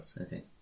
Okay